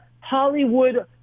Hollywood